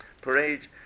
parade